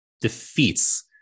defeats